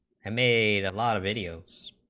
i made a lot of idioms,